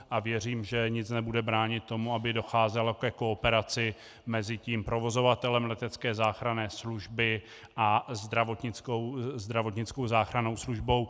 A věřím, že nic nebude bránit tomu, aby docházelo ke kooperaci mezi tím provozovatelem letecké záchranné služby a zdravotnickou záchrannou službou.